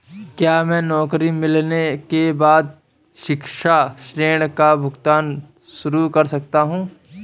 क्या मैं नौकरी मिलने के बाद शिक्षा ऋण का भुगतान शुरू कर सकता हूँ?